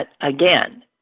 again